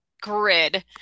grid